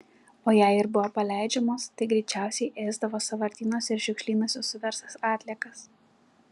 o jei ir buvo paleidžiamos tai greičiausiai ėsdavo sąvartynuose ir šiukšlynuose suverstas atliekas